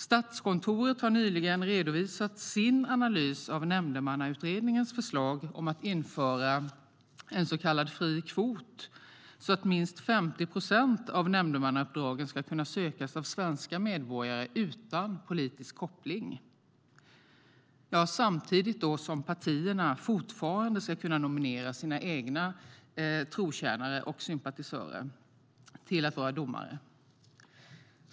Statskontoret har nyligen redovisat sin analys av Nämndemannautredningens förslag om att införa en så kallad fri kvot så att minst 50 procent av nämndemannauppdraget ska kunna sökas av svenska medborgare utan politisk koppling, samtidigt som partierna fortfarande ska kunna nominera sina egna trotjänare och sympatisörer till att vara domare.